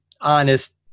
honest